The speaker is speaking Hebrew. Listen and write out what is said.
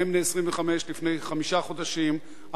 שניהם בני 25, לפני חמישה חודשים.